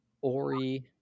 Ori